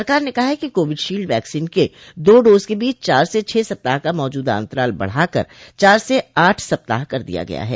सरकार ने कहा है कि कोविड शील्ड वैक्सीन के दो डोज के बीच चार से छह सप्ताह का मौजूदा अंतराल बढ़ाकर चार से आठ सप्ताह कर दिया गया है